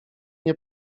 nie